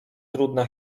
trudna